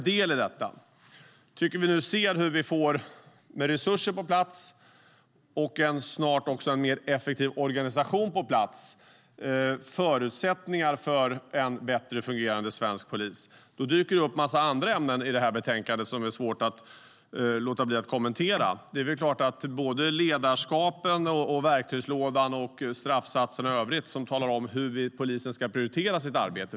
Med resurser på plats och snart även en mer effektiv organisation på plats får vi förutsättningar för en bättre fungerande svensk polis. Det dyker upp en massa andra ämnen i betänkandet som är svåra att låta bli att kommentera. Viktigt är självklart ledarskapet, verktygslådan och straffsatserna i övrigt som talar om hur polisen ska prioritera sitt arbete.